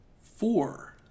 four